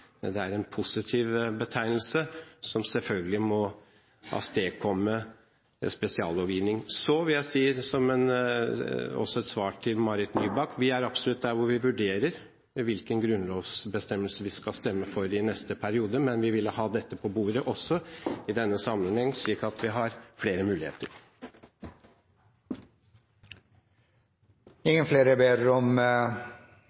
Det er en positiv betegnelse som selvfølgelig må avstedkomme spesiallovgivning. Så vil jeg si som svar til Marit Nybakk at vi absolutt er der hvor vi vurderer hvilken grunnlovsbestemmelse vi skal stemme for i neste periode, men vi ville ha dette på bordet også i denne sammenheng, slik at vi har flere muligheter.